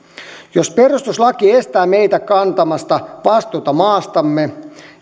jos perustuslaki estää meitä kantamasta vastuuta maastamme